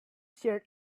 shirt